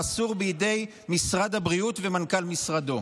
מסורים בידי משרד הבריאות ומנכ"ל משרדו.